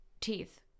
Teeth